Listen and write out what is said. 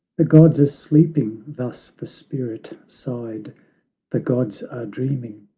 the gods are sleeping, thus the spirit sighed the gods are dreaming,